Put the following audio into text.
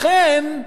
לכן אני